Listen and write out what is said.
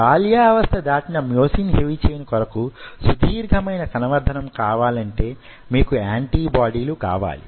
బాల్యావస్థ దాటిన myosin heavy chain కొరకు సుదీర్ఘమైన కణవర్థనం కావాలంటే మీకు యాంటిబాడీలు కావాలి